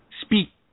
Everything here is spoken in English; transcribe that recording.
speak